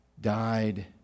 died